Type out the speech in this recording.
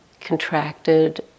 contracted